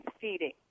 feeding